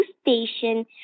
station